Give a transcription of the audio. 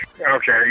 Okay